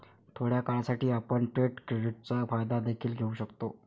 थोड्या काळासाठी, आपण ट्रेड क्रेडिटचा फायदा देखील घेऊ शकता